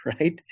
right